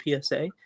PSA